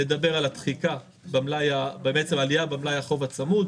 נדבר על העלייה במלאי החוב הצמוד,